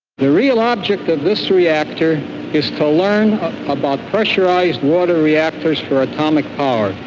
the real object of this reactor is to learn about pressurized water reactors for atomic power.